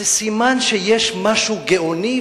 זה סימן שיש משהו גאוני,